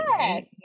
Yes